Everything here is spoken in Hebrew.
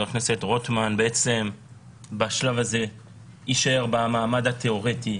הכנסת רוטמן יישאר בשלב הזה במעמד תיאורטי,